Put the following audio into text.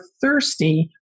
thirsty